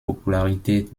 popularität